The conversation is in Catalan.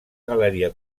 galeria